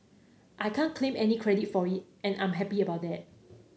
I can't claim any credit for it and I'm happy about that